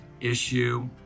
issue